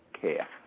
care